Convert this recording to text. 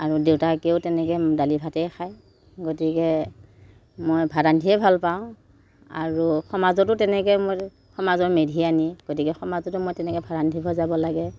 আৰু দেউতাকেও তেনেকৈ দালি ভাতেই খায় গতিকে মই ভাত ৰান্ধিয়ে ভাল পাওঁ আৰু সমাজতো তেনেকৈ মই সমাজৰ মেধিয়ানী গতিকে সমাজতো মই তেনেকৈ ভাত ৰান্ধিব যাব লাগে